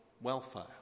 welfare